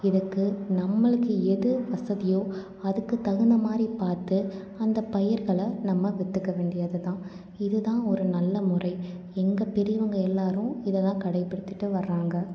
இதுக்கு நம்மளுக்கு எது வசதியோ அதுக்கு தகுந்த மாதிரி பார்த்து அந்த பயிர்களை நம்ம விற்றுக்க வேண்டியது தான் இது தான் ஒரு நல்ல முறை எங்கள் பெரியவங்க எல்லாரும் இதை தான் கடைபிடித்துகிட்டு வராங்க